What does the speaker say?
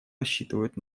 рассчитывают